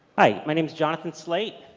hi, my name's johnathan slate.